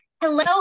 Hello